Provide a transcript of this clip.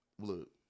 look